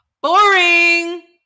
Boring